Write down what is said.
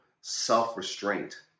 self-restraint